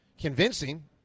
convincing